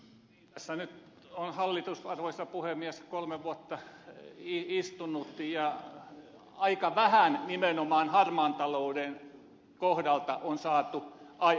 tässä nyt on hallitus kolme vuotta istunut ja aika vähän nimenomaan harmaan talouden kohdalta on saatu aikaiseksi